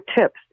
tips